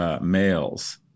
males